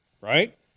right